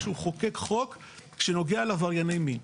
כשהוא חוקק חוק שנוגע לעברייני מין.